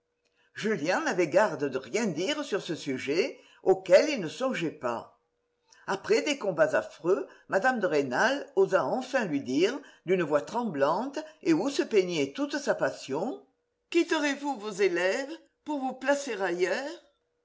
julien n'avait garde de rien dire sur ce sujet auquel il ne songeait pas après des combats affreux mme de rênal osa enfin lui dire d'une voix tremblante et où se peignait toute sa passion quitterez-vous vos élèves pour vous placer ailleurs